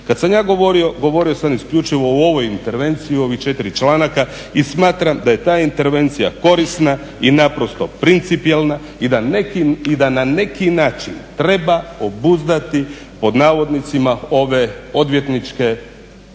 Kad sam ja govorio, govorio sam isključivo o ovoj intervenciji o ovih četiri članaka i smatram da je ta intervencija korisna i naprosto principijelna i da na neki način treba obuzdati pod navodnicima ove odvjetničke troškove